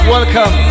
Welcome